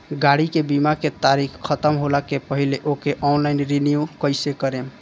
गाड़ी के बीमा के तारीक ख़तम होला के पहिले ओके ऑनलाइन रिन्यू कईसे करेम?